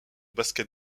basket